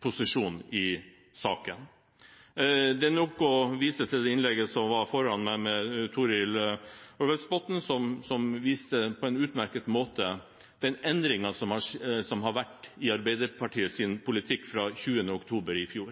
posisjon i saken. Det er nok å vise til det innlegget som var foran meg, ved Torhild Aarbergsbotten, som på en utmerket måte viste til den endringen som har vært i Arbeiderpartiets politikk fra 20. oktober i fjor.